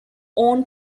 own